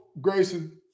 Grayson